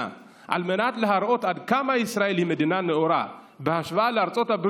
על מנת להראות עד כמה ישראל היא מדינה נאורה בהשוואה לארצות הברית,